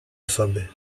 osoby